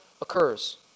occurs